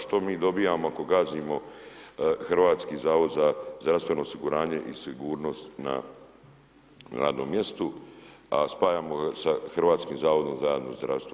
Što mi dobijamo ako gazimo Hrvatski zavod za zdravstveno osiguranje i sigurnost na radnom mjestu, a spajamo ga sa Hrvatskim zavodom za javno zdravstvo?